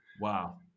Wow